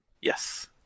Yes